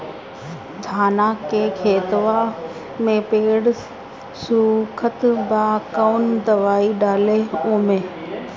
धान के खेतवा मे पेड़ सुखत बा कवन दवाई डाली ओमे?